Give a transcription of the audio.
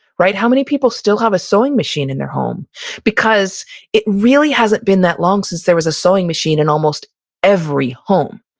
how many people still have a sewing machine in their home because it really hasn't been that long since there was a sewing machine in almost every home.